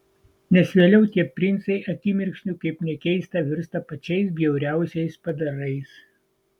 nes vėliau tie princai akimirksniu kaip nekeista virsta pačiais bjauriausiais padarais